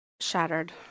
shattered